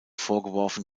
vorgeworfen